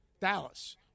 Dallas